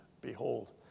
behold